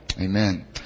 Amen